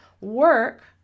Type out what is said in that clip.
work